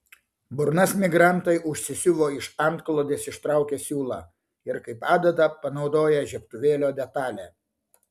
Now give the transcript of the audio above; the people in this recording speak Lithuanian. burnas migrantai užsisiuvo iš antklodės ištraukę siūlą ir kaip adatą panaudoję žiebtuvėlio detalę